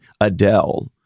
Adele